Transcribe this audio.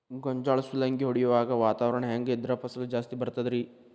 ಗೋಂಜಾಳ ಸುಲಂಗಿ ಹೊಡೆಯುವಾಗ ವಾತಾವರಣ ಹೆಂಗ್ ಇದ್ದರ ಫಸಲು ಜಾಸ್ತಿ ಬರತದ ರಿ?